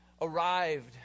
arrived